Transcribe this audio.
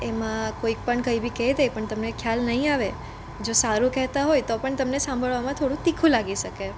એમાં કોઈપણ કંઈ બી કહી દે પણ તમને ખ્યાલ નહીં આવે જો સારું કહેતા હોય તો પણ તમને સાંભળવામાં થોડું તીખું લાગી શકે